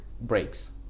breaks